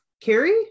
Carrie